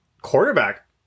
quarterback